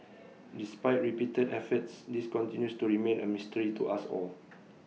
despite repeated efforts this continues to remain A mystery to us all